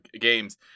games